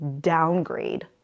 downgrade